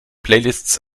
playlists